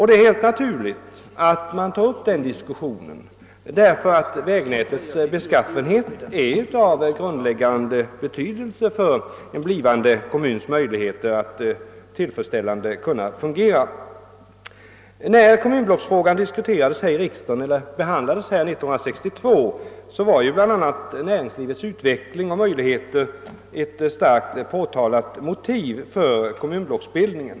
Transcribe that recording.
Det är helt naturligt att ta upp denna diskussion därför att vägnätets beskaffenhet är av avgörande betydelse för en blivande kommuns möjligheter att fungera på ett tillfredsställande sätt. När kommunblocksfrågan behandlades i riksdagen år 1962 fanns bl.a. näringslivets utveckling och möjligheter med som ett starkt påtalat motiv för kommunblocksbildningen.